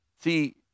See